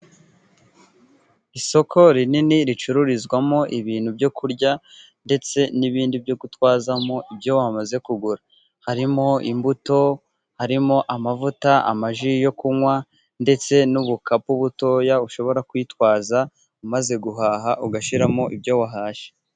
Isoko rinini ricururizwamo ibintu byo kurya, ndetse n'ibindi byo gutwazamo ibyo wamaze kugura. Harimo imbuto, harimo amavuta, amaji yo kunywa, ndetse n'ubukapu butoya ushobora kwitwaza umaze guhaha, ugashyiramo ibyo wahashye.